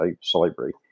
slavery